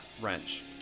wrench